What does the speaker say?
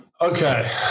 Okay